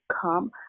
come